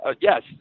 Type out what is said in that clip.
yes